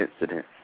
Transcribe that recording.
incident